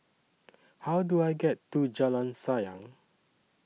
How Do I get to Jalan Sayang